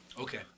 okay